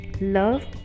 love